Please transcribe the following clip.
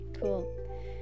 Cool